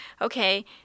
okay